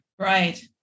Right